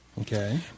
Okay